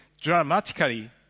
dramatically